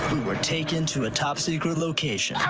we were taken to a top secret location.